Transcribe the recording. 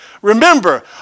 Remember